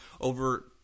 over